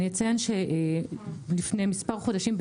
אני אציין שלפני מספר חודשים,